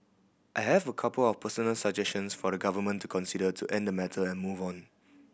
I have a couple of personal suggestions for the Government to consider to end the matter and move on